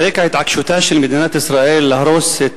על רקע התעקשותה של מדינת ישראל להרוס את